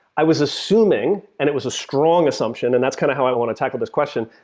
i was assuming, and it was a strong assumption, and that's kind of how i want to tackle this question,